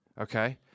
Okay